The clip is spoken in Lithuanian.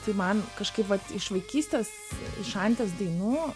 tai man kažkaip vat iš vaikystės iš anties dainų